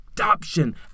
Adoption